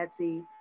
Etsy